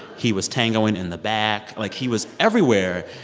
he was tangoing in the back. like, he was everywhere.